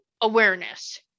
awareness